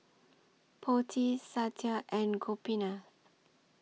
Potti Satya and Gopinath